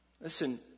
Listen